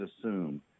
assume